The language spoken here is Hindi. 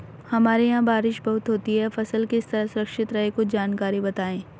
हमारे यहाँ बारिश बहुत होती है फसल किस तरह सुरक्षित रहे कुछ जानकारी बताएं?